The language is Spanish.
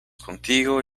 contigo